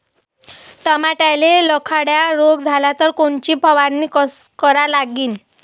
टमाट्याले लखड्या रोग झाला तर कोनची फवारणी करा लागीन?